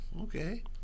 okay